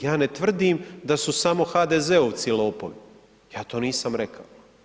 Ja ne tvrdim da su samo HDZ-ovci lopovi, ja to nisam rekao.